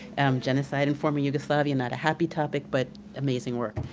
genocide in former yugoslavia, not a happy topic, but amazing work.